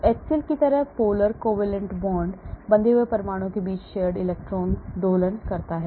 HCl की तरह Polar covalent bond बंधे हुए परमाणुओं के बीच shared electron दोलन करता है